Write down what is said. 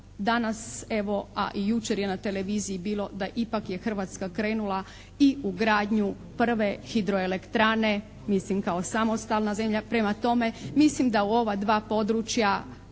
danas evo, a i jučer je na televiziji bilo da ipak je Hrvatska krenula i ugradnju prve hidroelektrane, mislim kao samostalna zemlja. Prema tome mislim da u ova dva područja